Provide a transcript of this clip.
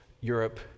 Europe